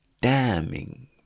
damning